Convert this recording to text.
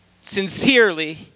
sincerely